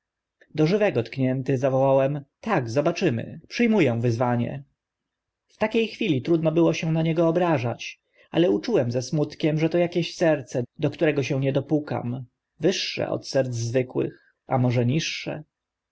do żywego tknięty zawołałem tak zobaczymy przy mu ę wyzwanie w takie chwili trudno było się na niego obrażać ale uczułem ze smutkiem że to akieś serce do którego się nie dopukam wyższe od serc zwykłych a może niższe